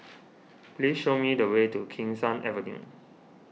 please show me the way to Keen Sun Avenue